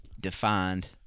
defined